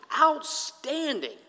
outstanding